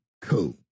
cool